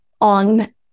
on